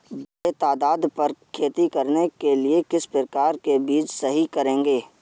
बड़े तादाद पर खेती करने के लिए किस प्रकार के बीज सही रहेंगे?